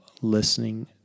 listening